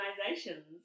organizations